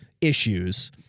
issues